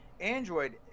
Android